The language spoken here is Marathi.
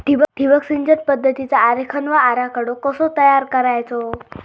ठिबक सिंचन पद्धतीचा आरेखन व आराखडो कसो तयार करायचो?